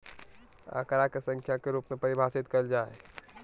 आंकड़ा के संख्या के रूप में परिभाषित कइल जा हइ